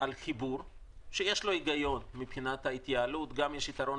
על חיבור שיש בו היגיון מבחינת התייעלות ויש גם יתרון